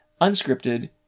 unscripted